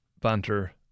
banter